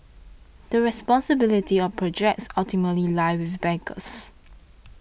the responsibility of projects ultimately lie with backers